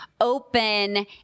open